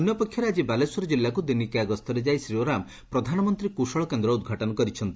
ଅନ୍ୟ ପକ୍ଷରେ ଆଜି ବାଲେଶ୍ୱର ଜିଲ୍ଲାକୁ ଦିନିକିଆ ଗସ୍ଠରେ ଯାଇ ଶ୍ରୀ ଓରାମ୍ ପ୍ରଧାନମନ୍ତୀ କୁଶଳ କେନ୍ଦ ଉଦ୍ଘାଟନ କରିଛନ୍ତି